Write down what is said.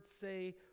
say